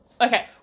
Okay